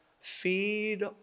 feed